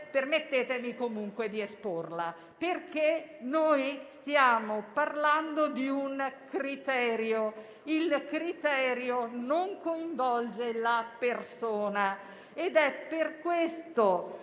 permettetemi comunque di esporla. Noi stiamo parlando di un criterio. Il criterio non coinvolge la persona ed è per questo